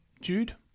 Jude